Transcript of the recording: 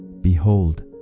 Behold